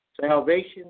Salvation